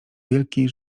wielki